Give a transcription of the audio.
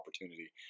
opportunity